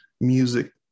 music